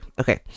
Okay